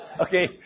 Okay